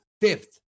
fifth